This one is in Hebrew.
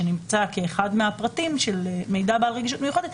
שנמצא כאחד מהפרטים של מידע בעל רגישות מיוחדת,